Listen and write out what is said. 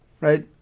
right